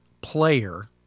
player